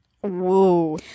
whoa